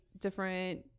different